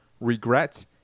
regret